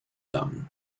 down